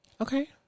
Okay